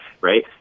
right